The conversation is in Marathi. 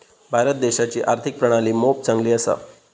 भारत देशाची आर्थिक प्रणाली मोप चांगली असा